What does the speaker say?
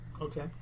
Okay